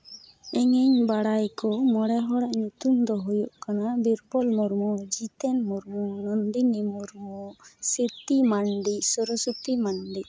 ᱤᱧᱤᱧ ᱵᱟᱲᱟᱭ ᱠᱚ ᱢᱚᱬᱮ ᱦᱚᱲᱟᱜ ᱧᱩᱛᱩᱢ ᱫᱚ ᱦᱩᱭᱩᱜ ᱠᱟᱱᱟ ᱵᱤᱨᱵᱚᱞ ᱢᱩᱨᱢᱩ ᱡᱤᱛᱮᱱ ᱢᱩᱨᱢᱩ ᱱᱚᱱᱫᱤᱱᱤ ᱢᱩᱨᱢᱩ ᱥᱤᱨᱠᱤ ᱢᱟᱱᱰᱤ ᱥᱚᱨᱚᱥᱚᱛᱤ ᱢᱟᱱᱰᱤ